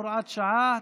הוראת שעה),